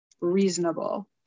reasonable